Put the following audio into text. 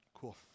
Cool